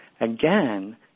again